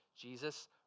Jesus